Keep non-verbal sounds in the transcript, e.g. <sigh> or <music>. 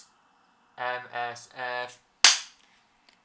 M_S_F <noise>